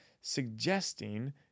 suggesting